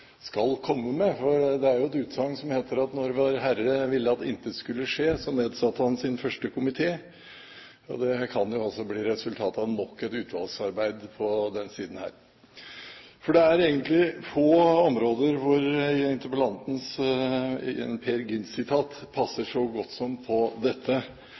jo et utsagn som heter: Da Satan ville at intet skulle skje, nedsatte han den første komité, og det kan jo altså bli resultatet av nok et utvalgsarbeid på denne siden her. Det er egentlig få områder hvor interpellantens Peer Gynt-sitat passer så godt som på dette.